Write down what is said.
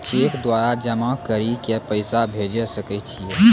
Cheque द्वारा जमा करि के पैसा भेजै सकय छियै?